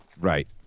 Right